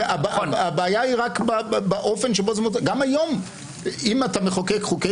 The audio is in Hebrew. הבעיה היא רק באופן גם היום אם אתה מחוקק חוקי